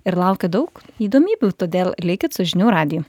ir laukia daug įdomybių todėl likit su žinių radijų